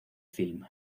film